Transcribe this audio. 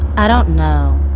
i don't know.